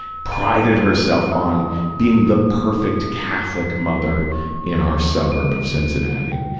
prided herself on being the perfect catholic mother in our suburb of cincinnati.